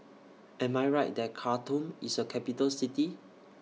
Am I Right that Khartoum IS A Capital City